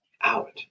out